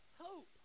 hope